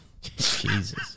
Jesus